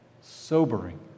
sobering